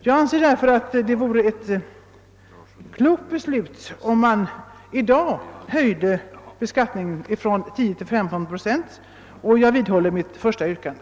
Jag anser därför att det vore ett klokt beslut, om man i dag höjde beskattningen från 10 till 15 procent och jag vidhåller mitt första yrkande.